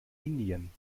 indien